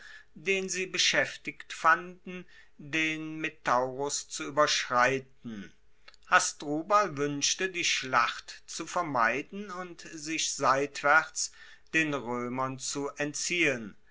den sie beschaeftigt fanden den metaurus zu ueberschreiten hasdrubal wuenschte die schlacht zu vermeiden und sich seitwaerts den roemern zu entziehen